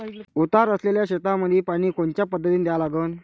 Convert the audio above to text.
उतार असलेल्या शेतामंदी पानी कोनच्या पद्धतीने द्या लागन?